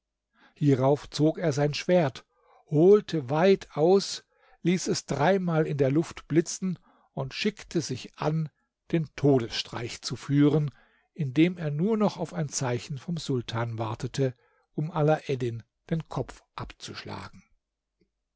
hierauf zog er sein schwert holte weit aus ließ es dreimal in der luft blitzen und schickte sich an den todesstreich zu führen indem er nur noch auf ein zeichen vom sultan wartete um alaeddin den kopf abzuschlagen